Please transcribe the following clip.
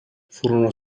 furono